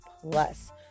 Plus